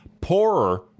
poorer